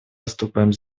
выступали